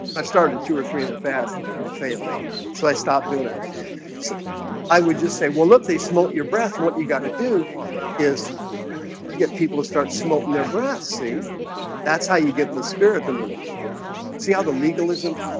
i started two or three in the fast and they failed so i stopped doing it so i would just say well look they smote your breath and what you got to do is get people to start smoking their brass. see that's how you get the spirit the move see how the legalism